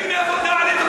תגיד לי מאיפה עלית לארץ.